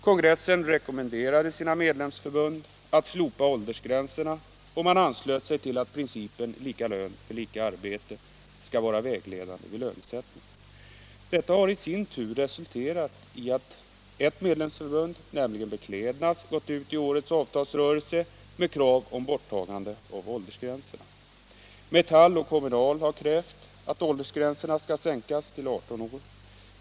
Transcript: Kongressen rekommenderade sina medlemsförbund att slopa åldersgränserna, och man anslöt sig till att principen lika lön för lika arbete skall vara vägledande vid lönesättning. Detta har i sin tur resulterat i att ett medlemsförbund, nämligen Beklädnads, gått ut i årets avtalsrörelse med krav på borttagande av åldersgränserna. Metall och Kommunal har krävt att åldersgränserna skall sänkas till 18 år.